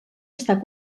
estar